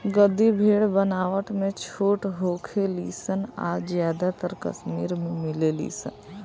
गद्दी भेड़ बनावट में छोट होखे ली सन आ ज्यादातर कश्मीर में मिलेली सन